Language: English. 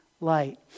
light